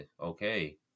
okay